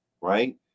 right